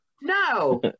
No